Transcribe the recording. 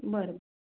बरं